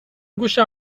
گوشم